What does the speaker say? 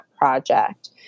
project